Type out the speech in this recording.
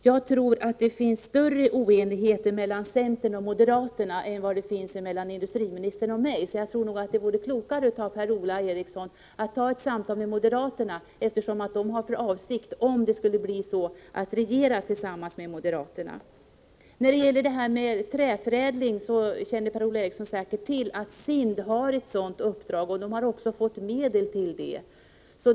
Jag tror att det finns större oenighet mellan centern och moderaterna än det finns mellan industriministern och mig. Jag tror därför att det vore klokare av Per-Ola Eriksson att ta ett samtal med moderaterna — centern har ju för avsikt att regera tillsammans med moderaterna, om det skulle bli så. Per-Ola Eriksson känner säkert till att SIND har ett uppdrag när det gäller träförädling och även har fått medel till det.